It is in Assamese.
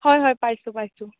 হয় হয় পাইছোঁ পাইছোঁ